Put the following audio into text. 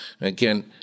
again